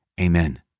Amen